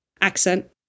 accent